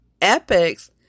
epics